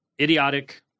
idiotic